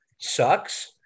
sucks